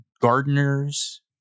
gardeners